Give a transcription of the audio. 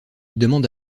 demande